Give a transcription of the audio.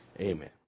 Amen